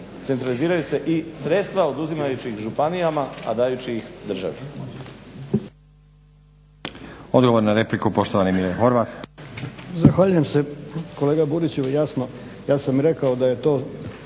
centraliziraju se i sredstva oduzimajući ih županijama, a dajući ih državi.